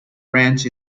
branch